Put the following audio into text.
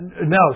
No